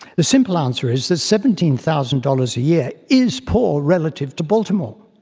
the simple answer is that seventeen thousand dollars a year is poor relative to baltimore.